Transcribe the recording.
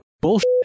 bullshit